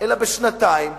אלא בשנתיים,